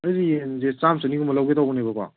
ꯑꯗꯨꯗꯤ ꯌꯦꯟꯁꯦ ꯆꯥꯝ ꯆꯥꯅꯤꯒꯨꯝꯕ ꯂꯧꯒꯦ ꯇꯧꯕꯅꯦꯕꯀꯣ